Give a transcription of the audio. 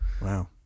wow